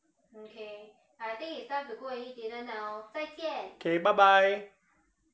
K bye bye